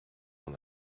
dans